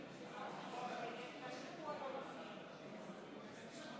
הכנסת, ההצבעה תיקח זמן,